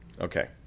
Okay